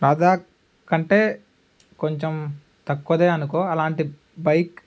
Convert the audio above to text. లాదాక్ కంటే కొంచెం తక్కువదే అనుకో అలాంటి బైక్